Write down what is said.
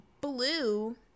Blue